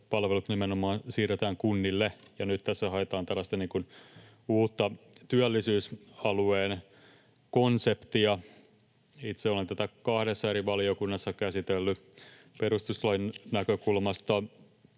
palvelut nimenomaan siirretään kunnille, ja nyt tässä haetaan tällaista uutta työllisyysalueen konseptia. Itse olen tätä kahdessa eri valiokunnassa käsitellyt. Perustuslain näkökulmasta